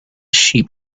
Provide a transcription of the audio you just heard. sheep